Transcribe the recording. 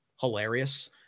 hilarious